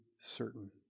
certain